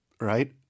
right